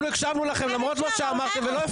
אנחנו הקשבנו לכם למרות מה שאמרתם, ולא הפרענו.